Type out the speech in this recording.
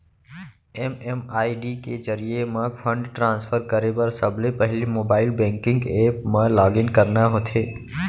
MMID के जरिये म फंड ट्रांसफर करे बर सबले पहिली मोबाइल बेंकिंग ऐप म लॉगिन करना होथे